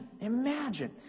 imagine